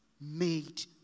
made